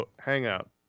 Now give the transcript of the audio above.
hangout